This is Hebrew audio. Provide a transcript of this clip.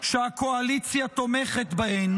שהקואליציה תומכת בהן,